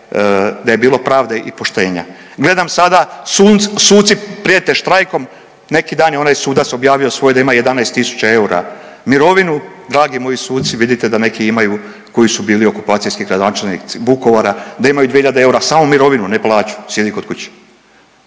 da je bilo pravde i poštenja. Gledam sada suci prijete štrajkom, neki dan je onaj sudac objavio svoje da ima 11 tisuća eura mirovinu, dragi moji suci vidite da neki imaju koji su bili okupacijski gradonačelnici Vukovara da imaju dvije iljade eura samo mirovinu ne plaću, sjedi kod kuće.